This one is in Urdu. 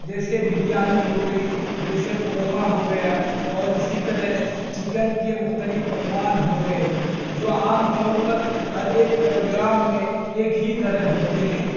جیسے بریانی ہو گئی جیسے قورمہ ہو گیا اور اسی طرح چکن کے مختلف پکوان ہو گئے جو عام طور پر ہر ایک پروگرام میں ایک ہی طرح ہوتے ہیں